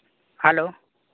hello